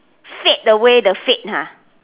fade away the fade ha